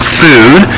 food